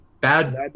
Bad